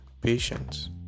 Patience